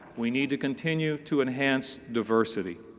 we need to continue to enhance diversity.